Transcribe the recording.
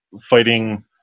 fighting